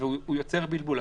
והוא יוצר בלבול.